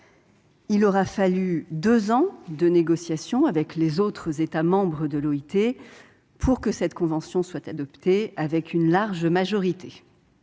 Il aura fallu deux ans de négociations avec les autres États membres de l'OIT pour que cette convention soit adoptée à une large majorité.